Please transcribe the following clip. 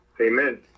Amen